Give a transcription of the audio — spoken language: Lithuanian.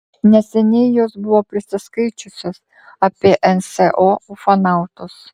neseniai jos buvo prisiskaičiusios apie nso ufonautus